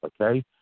okay